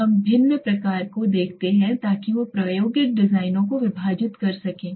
अब हम विभिन्न प्रकारों को देखते हैं ताकि वे प्रायोगिक डिजाइनों को विभाजित कर सकें